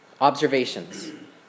Observations